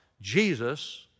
Jesus